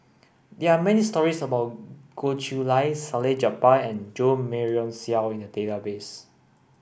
there are stories about Goh Chiew Lye Salleh Japar and Jo Marion Seow in the database